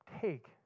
take